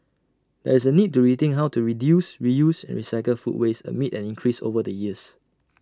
there is A need to rethink how to reduce reuse and recycle food waste amid an increase over the years